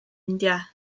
india